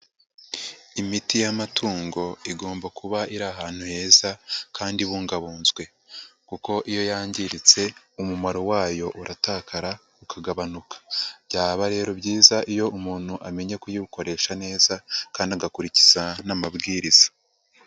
Imiti y'amatungo igomba kuba iri ahantu heza kandi ibungabunzwe kuko iyo yangiritse umumaro wayo uratakara, ukagabanuka, byaba rero byiza iyo umuntu amenye kuyikoresha neza kandi agakurikiza n'amabwiriza.